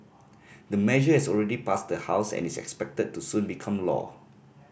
the measure has already passed the House and is expected to soon become law